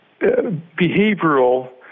behavioral